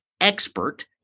Expert